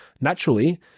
naturally